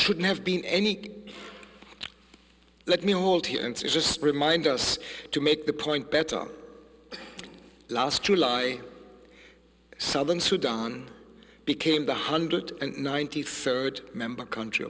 shouldn't have been any let me hold here and just remind us to make the point better last july southern sudan became the hundred and ninety third member country